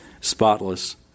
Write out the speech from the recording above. spotless